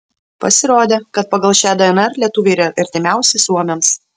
pasirodė kad pagal šią dnr lietuviai yra artimiausi suomiams